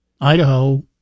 Idaho